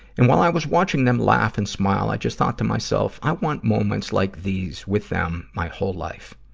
and while i was watching them laugh and smile, i just thought to myself, i want moments like these with them my whole life.